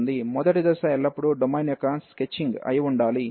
మొదటి దశ ఎల్లప్పుడూ డొమైన్ యొక్క స్కెచింగ్ అయి ఉండాలి